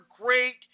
great